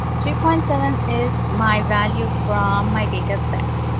two point seven is my value from my data set,